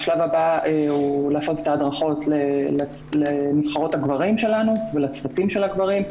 השלב הבא הוא לעשות את ההדרכות לנבחרות הגברים שלנו ולצוותים של הגברים,